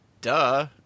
duh